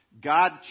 God